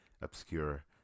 obscure